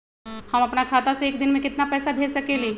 हम अपना खाता से एक दिन में केतना पैसा भेज सकेली?